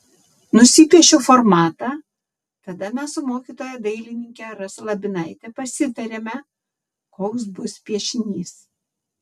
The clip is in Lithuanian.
nusipiešiu formatą tada mes su mokytoja dailininke rasa labinaite pasitariame koks bus piešinys